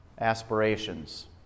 aspirations